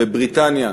בבריטניה,